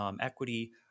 equity